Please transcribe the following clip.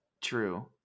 true